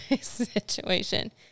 situation